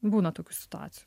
būna tokių situacijų